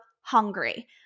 hungry